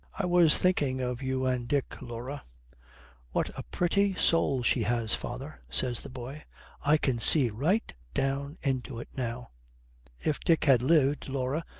i was thinking of you and dick, laura what a pretty soul she has, father says the boy i can see right down into it now if dick had lived, laura,